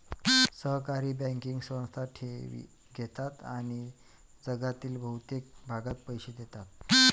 सहकारी बँकिंग संस्था ठेवी घेतात आणि जगातील बहुतेक भागात पैसे देतात